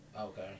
Okay